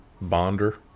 bonder